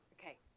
Okay